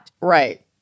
Right